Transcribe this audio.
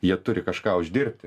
jie turi kažką uždirbti